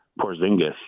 Porzingis